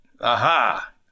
Aha